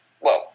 whoa